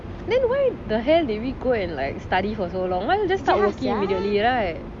then why the hell did we go and like study for so long why not just start working immediately right